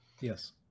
Yes